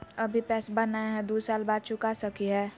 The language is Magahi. अभि पैसबा नय हय, दू साल बाद चुका सकी हय?